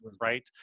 right